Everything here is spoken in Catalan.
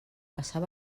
passar